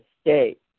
state